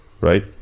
right